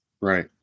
Right